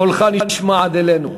קולך נשמע עד אלינו.